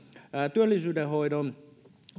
työllisyyden hoidon